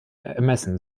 ermessen